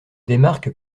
démarque